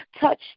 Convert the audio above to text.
Touch